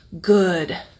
good